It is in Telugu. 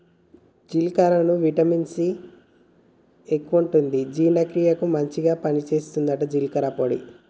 జీలకర్రల విటమిన్ సి ఎక్కువుంటది జీర్ణ క్రియకు మంచిగ పని చేస్తదట జీలకర్ర పొడి